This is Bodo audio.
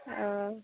अ